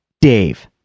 dave